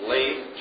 Late